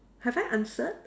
have I answered